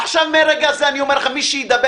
עכשיו מרגע הזה אני אומר לכם מי שידבר